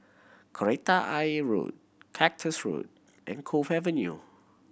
Kreta Ayer Road Cactus Road and Cove Avenue